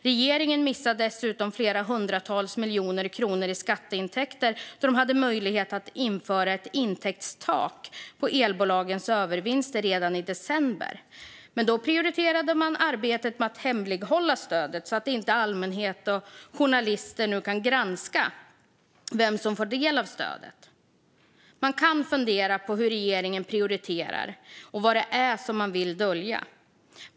Regeringen missar dessutom flera hundratals miljoner kronor i skatteintäkter; man hade möjlighet att införa ett intäktstak för elbolagens övervinster redan i december. Men då prioriterade man arbetet med att hemlighålla stödet, så att allmänhet och journalister nu inte kan granska vem som får del av det. Man kan fundera på hur regeringen prioriterar och vad det är som man vill dölja.